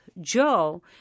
Joe